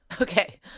Okay